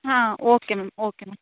ಹಾಂ okay ma'am okay ma'am